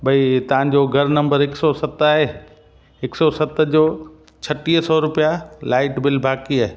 भई तव्हांजो घरु नंबर हिकु सौ सत आहे हिकु सौ सत जो छटीह सौ रुपया लाइट बिल बाक़ी आहे